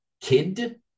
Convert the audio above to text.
kid